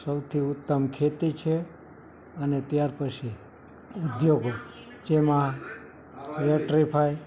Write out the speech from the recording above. સૌથી ઉત્તમ ખેતી છે અને ત્યાર પશી ઉદ્યોગો જેમાં વોટ્રિફાઈ